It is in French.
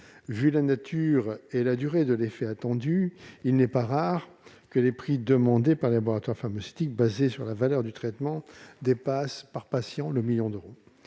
Vu la nature et la durée de l'effet attendu, il n'est pas rare que les prix demandés par les laboratoires pharmaceutiques, fondés sur la valeur du traitement, dépassent le million d'euros